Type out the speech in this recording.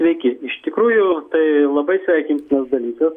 sveiki iš tikrųjų tai labai sveikintinas dalykas